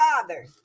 Father